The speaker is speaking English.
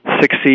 succeed